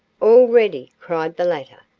all ready! cried the latter.